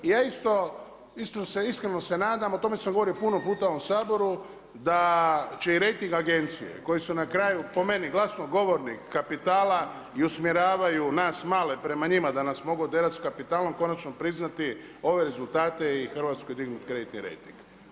Ja isto, iskreno se nadam, o tome sam govorio puno puta u ovom Saboru, da će i rejting agencije, koji su na kraju glasnogovornik kapitala i usmjeravaju nas male prema njima, da nas oderaju s kapitalom, konačno priznati ove rezultate i Hrvatskoj dignuti kreditni rejting.